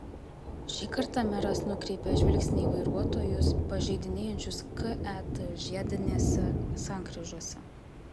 šį kartą meras nukreipė žvilgsnį į vairuotojus pažeidinėjančius ket žiedinėse sankryžose